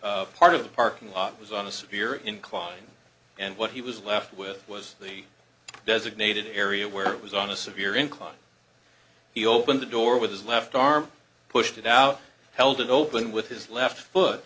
part of the parking lot was on a severe incline and what he was left with was the designated area where it was on a severe incline he opened the door with his left arm pushed it out held it open with his left foot